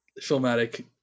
filmatic